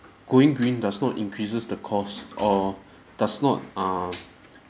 going green does not increases the cost or does not err